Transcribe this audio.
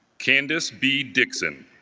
candice b. dixon